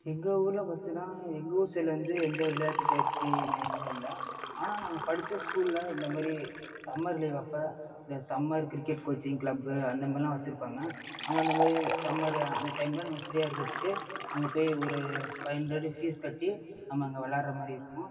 எங்கள் ஊரில் பார்த்தினா எங்கள் ஊர் சைடில் வந்து எந்த விளையாட்டு பயிற்சி மையமும் இல்லை ஆனால் நாங்கள் படிச்ச ஸ்கூல்ல இந்த மாதிரி சம்மர் லீவ் அப்போ இந்த சம்மர் கிரிக்கெட் கோச்சிங் க்ளப்பு அந்த மாதிரிலாம் வச்சிருப்பாங்கள் அங்கே அந்த மாதிரி சம்மரு அந்த டைம்ல நம்ம ப்ரீயாக இருக்கிறதுக்கு அங்கே போய் ஒரு ஃபைவ் ஹண்ட்ரேட் ஃபீஸ் கட்டி நம்ம அங்கே விளாட்ற மாதிரி இருக்கும்